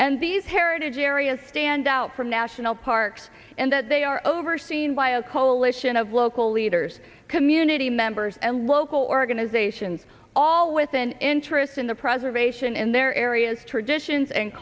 and these heritage areas stand out from national parks and that they are overseen by a coalition of local leaders community members and local organizations all with an interest in the preservation in their areas tradin gins and